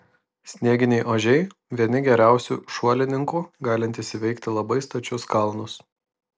snieginiai ožiai vieni geriausių šuolininkų galintys įveikti labai stačius kalnus